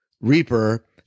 Reaper